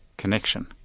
Connection